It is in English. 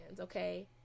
okay